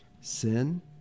Sin